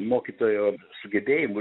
mokytojo sugebėjimų